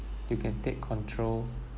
you can take control